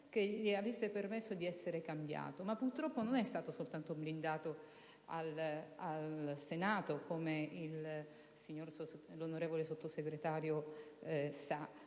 che gli avesse permesso di essere cambiato. Purtroppo, non è stato blindato soltanto al Senato, come l'onorevole Sottosegretario sa,